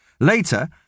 Later